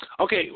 Okay